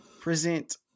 present